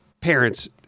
parents